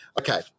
okay